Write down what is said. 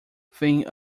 thing